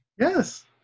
Yes